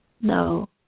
No